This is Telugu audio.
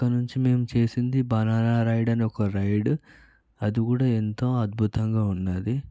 అక్కడి నుంచి మేము చేసింది బనానా రైడ్ అని ఒక రైడ్ అది కూడా ఎంతో అద్భుతంగా ఉన్నది